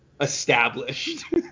established